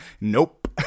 Nope